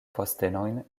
postenojn